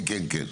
כן כן.